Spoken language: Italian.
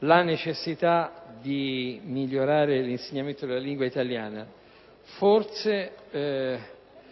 la necessità di migliorare l'insegnamento della lingua italiana. Forse,